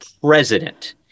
president